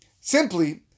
simply